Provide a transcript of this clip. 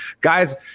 guys